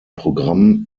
programm